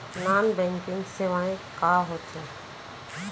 non banking सेवाएं का होथे